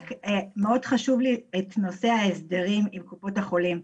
רק מאוד חשוב לי את נושא ההסדרים לקופות החולים,